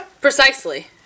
precisely